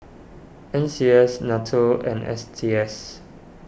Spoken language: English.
N C S Nato and S T S